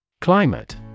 Climate